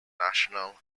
national